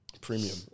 Premium